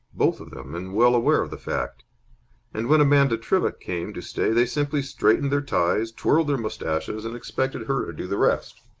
both of them, and well aware of the fact and when amanda trivett came to stay they simply straightened their ties, twirled their moustaches, and expected her to do the rest.